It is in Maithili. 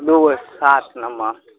ठीक छै